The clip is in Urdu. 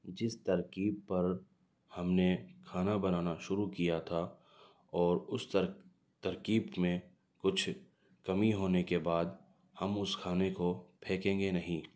جس ترکیب پر ہم نے کھانا بنانا شروع کیا تھا اور اس ترکیب میں کچھ کمی ہونے کے بعد ہم اس کھانے کو پھینکیں گے نہیں